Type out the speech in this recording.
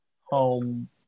home